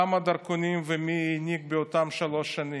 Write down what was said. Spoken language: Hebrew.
כמה דרכונים ומי העניק באותם שלוש שנים.